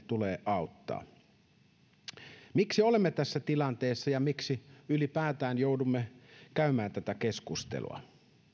tulee auttaa suomeen miksi olemme tässä tilanteessa ja miksi ylipäätään joudumme käymään tätä keskustelua